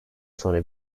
sonra